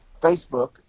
Facebook